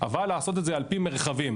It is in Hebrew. אבל לעשות את זה לפי מרחבים.